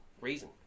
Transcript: reason